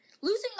Losing